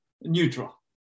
neutral